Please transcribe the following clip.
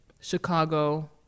Chicago